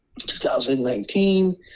2019